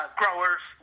growers